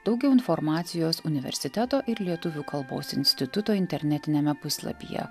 daugiau informacijos universiteto ir lietuvių kalbos instituto internetiniame puslapyje